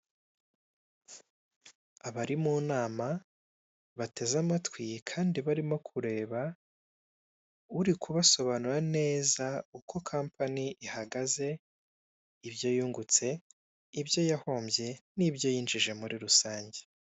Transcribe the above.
Abari mu nama bateze amatwi Kandi bari kureba uri kubasobanurira neza uko ka company ihagaze, ibyo yahombye ibyo yungutse muri rusange.